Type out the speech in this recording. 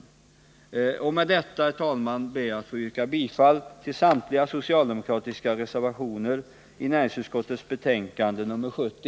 Med detta, herr talman, yrkar jag bifall till samtliga socialdemokratiska reservationer i näringsutskottets betänkande nr 70.